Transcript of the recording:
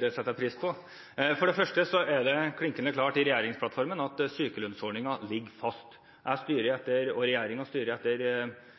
Det setter jeg pris på. For det første står det klinkende klart i regjeringsplattformen at sykelønnsordningen ligger fast. Jeg og regjeringen styrer etter